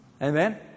Amen